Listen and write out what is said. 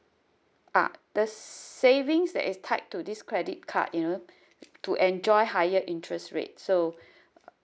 ah the savings that is tied to this credit card you know to enjoy higher interest rate so